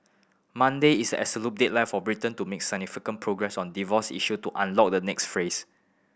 Monday is absolute deadline for Britain to make sufficient progress on divorce issue to unlock the next phase